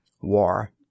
War